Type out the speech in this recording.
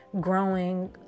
growing